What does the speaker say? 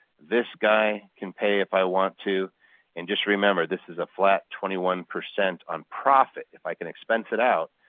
this guy can pay if i want to and just remember this is a flat twenty one percent on profit. if i can expense it out,